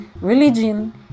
religion